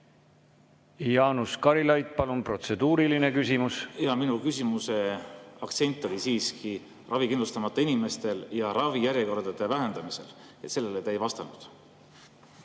Jaanus Karilaid, palun, protseduuriline! Minu küsimuse aktsent oli siiski ravikindlustamata inimestel ja ravijärjekordade vähendamisel. Sellele te ei vastanud.